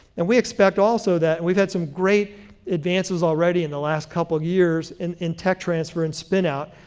and we expect also that, and we've had some great advances already in the last couple of years in in tech transfer and spinout,